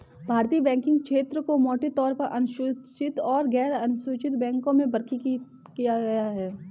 भारतीय बैंकिंग क्षेत्र को मोटे तौर पर अनुसूचित और गैरअनुसूचित बैंकों में वर्गीकृत किया है